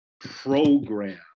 program